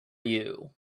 you